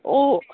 ਉਹ